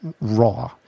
raw